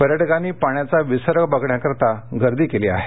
पर्यटकांनी पाण्याचा विसर्ग बघण्याकरता गर्दी केली आहे